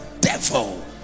devil